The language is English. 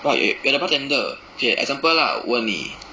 but you you are the bartender okay example lah 问你